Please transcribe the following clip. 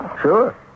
Sure